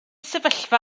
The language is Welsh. sefyllfa